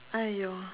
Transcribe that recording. !aiyo!